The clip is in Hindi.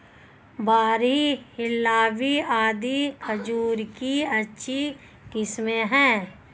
बरही, हिल्लावी आदि खजूर की अच्छी किस्मे हैं